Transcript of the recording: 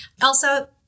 Elsa